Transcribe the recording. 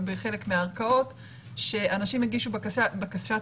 בחלק מהערכאות שאנשים הגישו בקשת